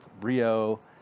Rio